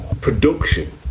production